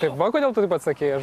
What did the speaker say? tai va kodėl tu taip atsakei aš